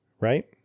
right